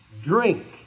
drink